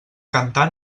cantar